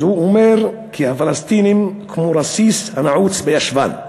אז הוא אומר: "כי הפלסטינים כמו רסיס הנעוץ בישבן".